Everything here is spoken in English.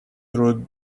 through